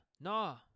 Nah